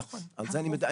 נכון, על זה אני מדבר.